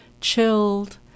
Chilled